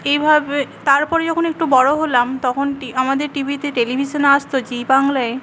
এইভাবে তারপরে যখন একটু বড়ো হলাম তখন টি আমাদের টিভিতে টেলিভিশনে আসতো জি বাংলায়